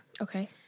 Okay